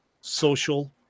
social